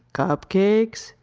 cupcakes,